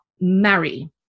marry